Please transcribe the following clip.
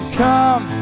come